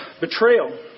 betrayal